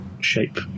Shape